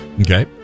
Okay